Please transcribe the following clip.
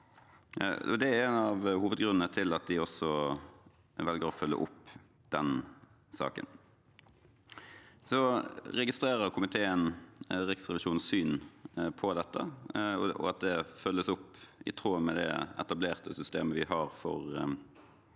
Det er en av hovedgrunnene til at de velger å følge opp den saken. Komiteen registrerer Riksrevisjonens syn på dette, og at det følges opp i tråd med det etablerte systemet vi har for